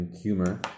humor